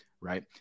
right